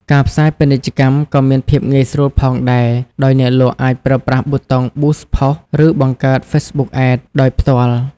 ការផ្សាយពាណិជ្ជកម្មក៏មានភាពងាយស្រួលផងដែរ ដោយអ្នកលក់អាចប្រើប្រាស់ប៊ូតុង ប៊ូស ផូស Boost Post ឬបង្កើត ហ្វេសប៊ុក អាដ Facebook Ads ដោយផ្ទាល់។